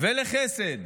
לחסד,